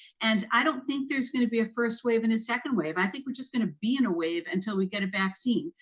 and i don't think there's going to be a first wave and a second wave. i think we're just going to be in a wave until we get a vaccine,